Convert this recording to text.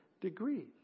degree